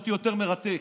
שאותי יותר מרתק.